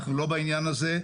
אנחנו לא בעניין הזה.